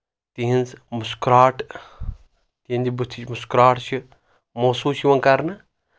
تِہنٛز مُسکراہَٹ تِہنٛدِ بٕتھِچ مُسکراٹھ چھِ محسوٗس چھِ یِوان کرنہٕ